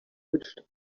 twitched